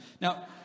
Now